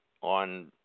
on